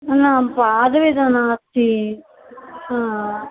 न पादवेदना अस्ति हा